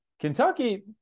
Kentucky